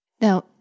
Now